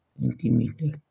centimeter